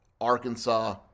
Arkansas